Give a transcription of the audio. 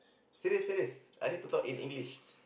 serious serious I need to talk in English